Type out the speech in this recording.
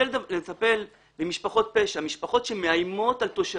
לטפל במשפחות פשע, משפחות שמאיימות על תושבים.